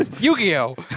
Yu-Gi-Oh